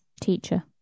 teacher